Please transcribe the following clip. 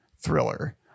thriller